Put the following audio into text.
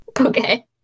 Okay